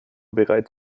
bereits